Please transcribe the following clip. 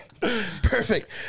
Perfect